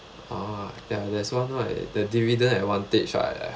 uh there there's one right the dividend advantage right